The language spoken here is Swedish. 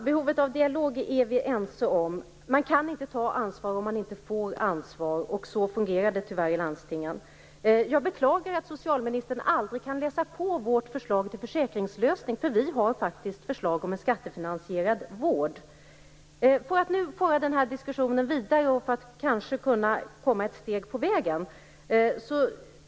Fru talman! Vi är ense om behovet av dialog. Man kan inte ta ansvar om man inte får ansvar - det är tyvärr så det är i landstingen. Jag beklagar att socialministern aldrig kan läsa på vårt förslag till försäkringslösning. Vi har nämligen ett förslag till en skattefinansierad vård. Låt oss föra den här diskussionen vidare, så att vi kanske kan komma ett steg på vägen.